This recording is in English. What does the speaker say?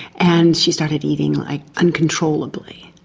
and she started eating like uncontrollably.